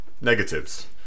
negatives